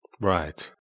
Right